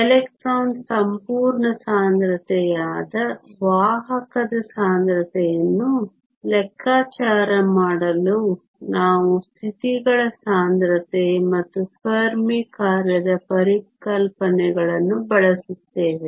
electron ಸಂಪೂರ್ಣ ಸಾಂದ್ರತೆಯಾದ ವಾಹಕದ ಸಾಂದ್ರತೆಯನ್ನು ಲೆಕ್ಕಾಚಾರ ಮಾಡಲು ನಾವು ಸ್ಥಿತಿಗಳ ಸಾಂದ್ರತೆ ಮತ್ತು ಫೆರ್ಮಿ ಕಾರ್ಯದ ಪರಿಕಲ್ಪನೆಗಳನ್ನು ಬಳಸುತ್ತೇವೆ